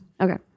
Okay